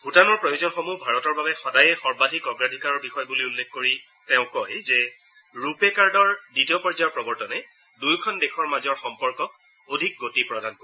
ভূটানৰ প্ৰয়োজন সমূহ ভাৰতৰ বাবে সদায়েই সৰ্বাধিক অগ্ৰাধিকাৰৰ বিষয় বুলি উল্লেখ কৰি তেওঁ কয় যে ৰূ পে' কাৰ্ডৰ দ্বিতীয় পৰ্যায়ৰ প্ৰৱৰ্তনে দুয়োখন দেশৰ মাজৰ সম্পৰ্কক অধিক গতি প্ৰদান কৰিব